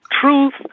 Truth